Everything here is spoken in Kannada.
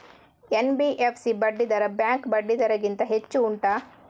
ಎನ್.ಬಿ.ಎಫ್.ಸಿ ಬಡ್ಡಿ ದರ ಬ್ಯಾಂಕ್ ಬಡ್ಡಿ ದರ ಗಿಂತ ಹೆಚ್ಚು ಉಂಟಾ